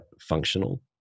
functional